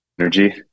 energy